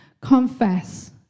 Confess